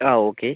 ആ ഓക്കേ